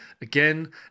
again